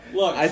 look